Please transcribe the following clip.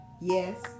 Yes